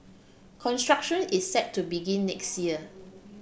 construction is set to begin next year